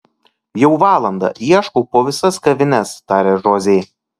jau valandą ieškau po visas kavines tarė žozė